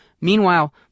Meanwhile